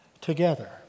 together